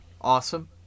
Awesome